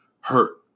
hurt